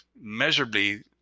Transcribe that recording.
measurably